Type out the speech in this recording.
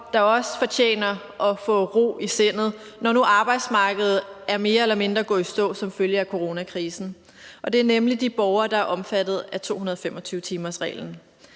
der også fortjener at få ro i sindet, når nu arbejdsmarkedet er mere eller mindre gået i stå som følge af coronakrisen, nemlig de borgere, der er omfattet af 225-timersreglen.